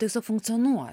tiesiog funkcionuo